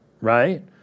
Right